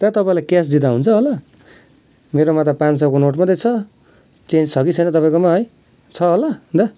दा तपाईँलाई क्यास दिँदा हुन्छ होला मेरोमा त पाँच सौको नोट मात्रै छ चेन्ज छ कि छैन तपाईँकोमा है छ होला दा